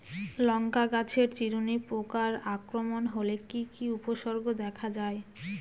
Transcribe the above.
লঙ্কা গাছের চিরুনি পোকার আক্রমণ হলে কি কি উপসর্গ দেখা যায়?